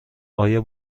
آیا